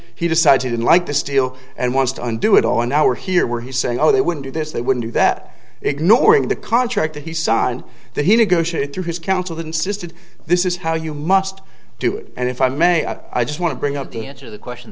he decided he didn't like the steel and wants to undo it all an hour here where he said no they wouldn't do this they wouldn't do that ignoring the contract that he signed that he negotiated through his counsel that insisted this is how you must do it and if i may i just want to bring up the answer the question